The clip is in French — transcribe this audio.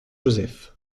joseph